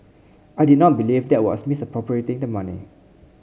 I did not believe there was misappropriating the money